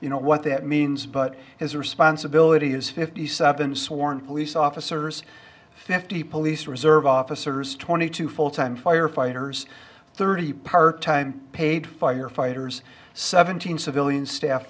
you know what that means but his responsibility is fifty seven sworn police officers fifty police reserve officers twenty two full time firefighters thirty part time paid firefighters seventeen civilian staff